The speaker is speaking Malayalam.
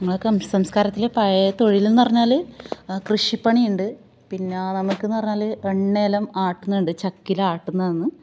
നമ്മുടെയൊക്കെ സംസ്കാരത്തിൽ പഴയ തൊഴിലെന്ന് പറഞ്ഞാൽ കൃഷിപ്പണിയുണ്ട് പിന്നെ നമുക്കെന്ന് പറഞ്ഞാൽ എണ്ണ എല്ലാം ആട്ട്ന്നുണ്ട് ചക്കിലാട്ടുന്നാന്നു